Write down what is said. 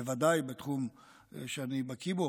בוודאי בתחום שאני בקי בו,